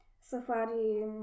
safari